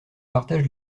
partage